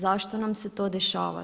Zašto nam se to dešava?